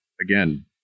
again